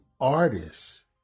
artists